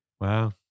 Wow